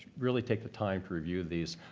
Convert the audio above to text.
really, take the time to review these.